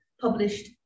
published